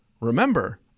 Remember